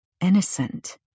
innocent